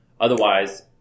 Otherwise